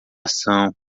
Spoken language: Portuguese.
ação